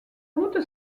route